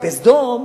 בסדום,